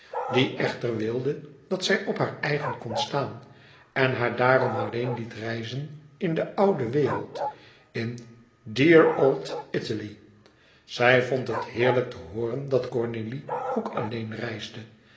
die echter wilde dat zij op haar eigen kon staan en haar daarom alleen liet reizen in de oude wereld in dear old italy zij vond het heerlijk te hooren dat cornélie ook alleen reisde